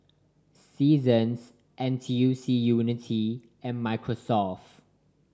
Seasons N T U C Unity and Microsoft